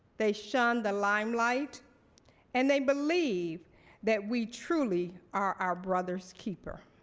they shunned the limelight and they believe that we truly are our brother's keeper.